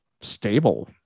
stable